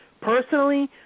personally